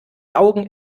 augen